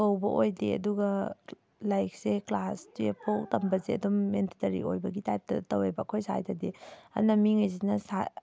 ꯀꯧꯕ ꯑꯣꯏꯗꯦ ꯑꯗꯨꯒ ꯂꯥꯏꯔꯤꯛꯁꯦ ꯀ꯭ꯂꯥꯁ ꯇꯨꯌꯦꯜꯞꯐꯧ ꯇꯝꯕꯁꯦ ꯑꯗꯨꯝ ꯃꯦꯟꯗꯦꯇꯔꯤ ꯑꯣꯏꯕꯒꯤ ꯇꯥꯏꯞꯇ ꯇꯧꯌꯦꯕ ꯑꯩꯈꯣꯏ ꯁ꯭ꯋꯥꯏꯗꯗꯤ ꯑꯗꯨꯅ ꯃꯤꯈꯩꯁꯤꯅ